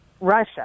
Russia